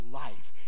life